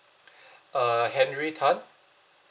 uh henry tan